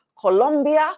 Colombia